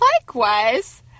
likewise